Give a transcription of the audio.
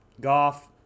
Goff